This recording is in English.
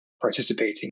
participating